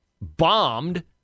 bombed